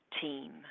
team